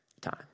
time